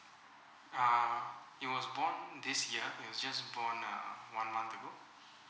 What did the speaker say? uh he was born this year he was just born uh one month ago